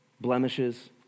blemishes